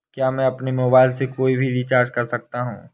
क्या मैं अपने मोबाइल से कोई भी रिचार्ज कर सकता हूँ?